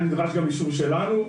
היה נדרש גם אישור שלנו.